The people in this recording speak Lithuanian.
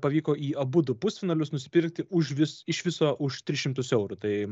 pavyko į abudu pusfinalius nuspirti užvis iš viso už tris šimtus eurų tai